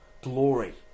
glory